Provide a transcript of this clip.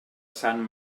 sant